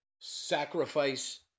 sacrifice